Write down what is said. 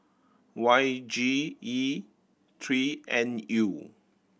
Y G E three N U